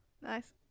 Nice